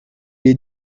les